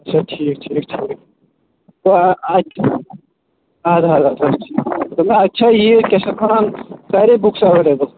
اچھا ٹھیٖک ٹھیٖک اَدٕ حظ اَدٕ حظ ٹھیٖک دوٚپمےَ اتہِ چھا یہِ کیٛاہ چھِ اَتھ وَنان ساریےٚ بُکٕس ایٚویلیبٕل